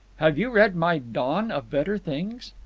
have you read my dawn of better things?